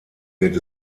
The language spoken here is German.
wird